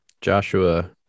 Joshua